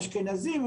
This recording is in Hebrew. אשכנזים.